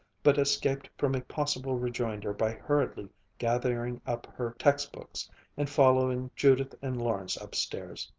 but escaped from a possible rejoinder by hurriedly gathering up her text-books and following judith and lawrence upstairs.